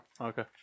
Okay